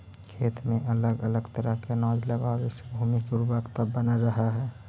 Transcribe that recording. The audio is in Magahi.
खेत में अलग अलग तरह के अनाज लगावे से भूमि के उर्वरकता बनल रहऽ हइ